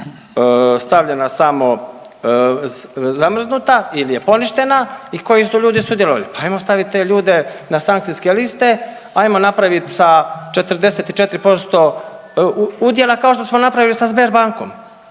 stavljena samo zamrznuta ili je poništena i koji su ljudi sudjelovali, pa ajmo stavit te ljude na sankcijske liste, ajmo napraviti sa 44% udjela kao što smo napravili s Sberbankom,